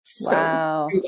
Wow